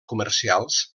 comercials